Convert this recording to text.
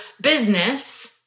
business